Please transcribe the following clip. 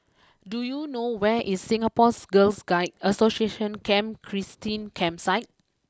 do you know where is Singapore Girl Guides Association Camp Christine Campsite